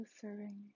serving